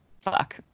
fuck